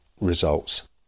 results